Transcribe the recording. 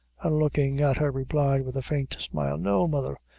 and, looking at her, replied, with a faint smile no, mother,